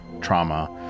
trauma